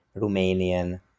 Romanian